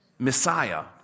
Messiah